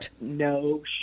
no